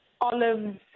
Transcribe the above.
olives